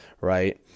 right